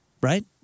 Right